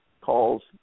calls